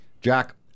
Jack